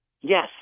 Yes